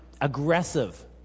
aggressive